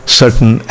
certain